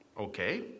Okay